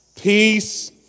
peace